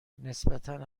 نسبتا